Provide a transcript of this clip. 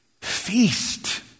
Feast